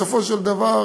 בסופו של דבר